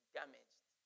damaged